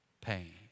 pain